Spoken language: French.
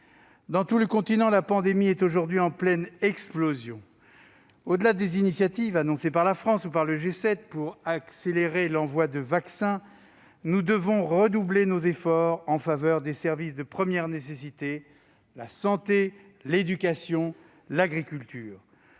Dans tout le continent, la pandémie est aujourd'hui en pleine explosion. Au-delà des initiatives annoncées par la France ou par le G7 pour accélérer l'envoi de vaccins, nous devons redoubler nos efforts en faveur des services de première nécessité : la santé, l'éducation, l'agriculture.